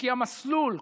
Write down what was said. כי המסלול,